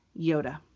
Yoda